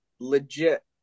legit